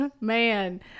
Man